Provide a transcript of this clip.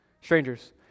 Strangers